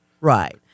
right